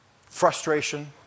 frustration